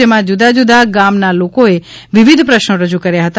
જેમાં જુદા જુદા ગામના લોકોએ વિવિધ પ્રશ્નો રજૂ કર્યા હતા